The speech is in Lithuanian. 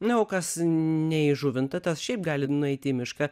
na o kas ne į žuvintą tas šiaip gali nueit į mišką